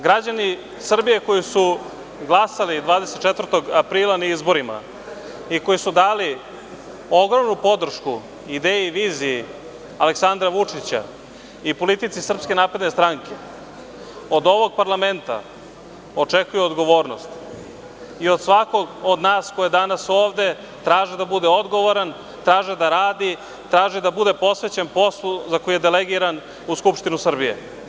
Građani Srbije koji su glasali 24. aprila na izborima i koji su dali ogromnu podršku ideji i viziji Aleksandra Vučića i politici SNS od ovog Parlamenta očekuju odgovornost i od svakog od nas ko je danas ovde traže da bude odgovoran, traže da radi, traže da bude posvećen poslu za koji je delegiran u Skupštinu Srbije.